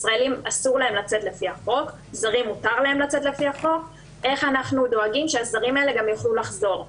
איך אנחנו דואגים שהזרים האלה יוכלו גם לחזור.